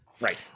Right